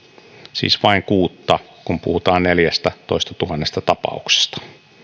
siis vain kuutta kun puhutaan neljästätoistatuhannesta tapauksesta